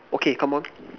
okay come on